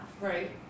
Right